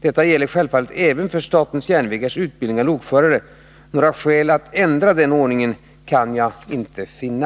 Detta gäller självfallet även för SJ:s utbildning av lokförare. Några skäl att ändra denna ordning kan jag inte finna.